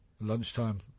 lunchtime